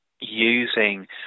using